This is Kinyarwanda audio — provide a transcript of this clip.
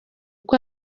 uko